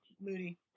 Moody